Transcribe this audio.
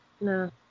No